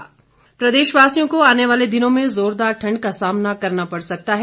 मौसम प्रदेशवासियों को आने वाले दिनों में जोरदार ठण्ड का सामना करना पड़ सकता है